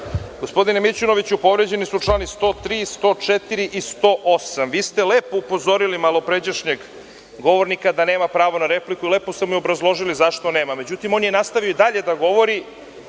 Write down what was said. Gospodine Mićunoviću, povređeni su čl. 103, 104. i 108. Vi ste lepo upozorili malopređašnjeg govornika da nema pravo na repliku i lepo ste mu obrazložili zašto nema prava. Međutim, on je nastavio i dalje da govori,